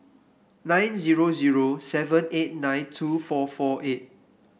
nine zero zero seven eight nine two four four eight